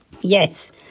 Yes